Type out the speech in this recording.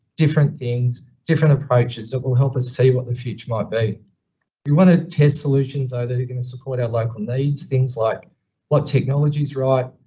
different things, different approaches that will help us see what the future might be. you want to test solutions are that are going to support our local needs. things like what technology's right,